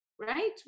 right